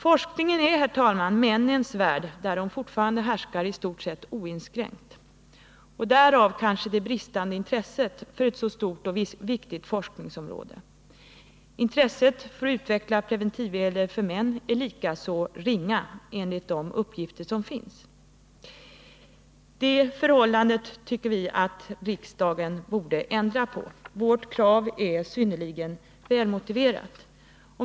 Forskningen är, herr talman, männens värld, där de fortfarande härskar i stort sett oinskränkt — därav kanske det enligt uppgift bristande intresset för ett så stort och viktigt forskningsområde. Intresset för att utveckla preventivmedel för män är likaså ringa. Detta förhållande tycker vi att riksdagen borde ändra på. Vårt krav är synnerligen välmotiverat.